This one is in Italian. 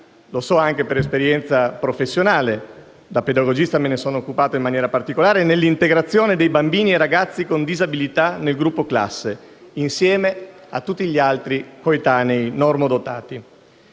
lo so anche per esperienza professionale; da pedagogista me ne sono occupato in maniera particolare - nell'integrazione dei bambini e ragazzi con disabilità nel gruppo classe, insieme a tutti gli altri coetanei normodotati.